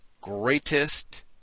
greatest